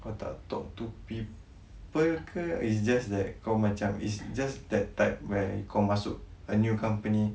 kau tak talk to people ke it's just like kau macam it's just the type where kau masuk a new company